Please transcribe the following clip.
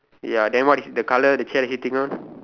ya then what is the colour the chair he sitting on